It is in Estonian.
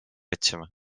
otsima